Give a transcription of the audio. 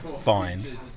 Fine